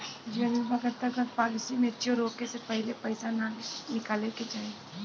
जीवन बीमा के अंतर्गत पॉलिसी मैच्योर होखे से पहिले पईसा ना निकाले के चाही